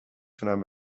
تونم